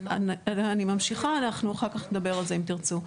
אני ממשיכה, ואנחנו אחר כך נדבר על זה אם תרצו.